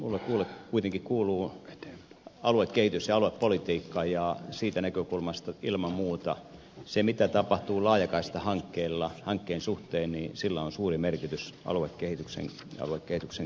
minulle kuitenkin kuuluu aluekehitys ja aluepolitiikka ja siitä näkökulmasta ilman muuta sillä mitä tapahtuu laajakaistahankkeen suhteen on suuri merkitys aluekehityksen kannalta